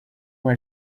uma